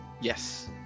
yes